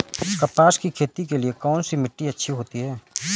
कपास की खेती के लिए कौन सी मिट्टी अच्छी होती है?